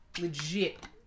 legit